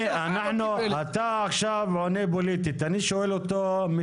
אתה עכשיו עונה פוליטית, אני שואל אותו משפטית.